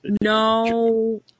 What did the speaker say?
no